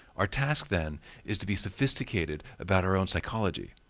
our task then is to be sophisticated about our own psychology.